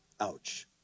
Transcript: Ouch